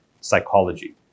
psychology